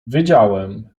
wiedziałem